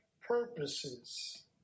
purposes